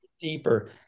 deeper